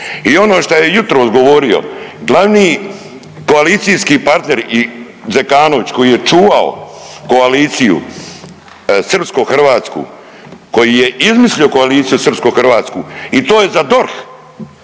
I ono što je jutros govorio glavni koalicijski partner i Zekanović koji je čuvao koaliciju srpsko hrvatsku, koji je izmislio koaliciju srpsko hrvatsku i to je za DORH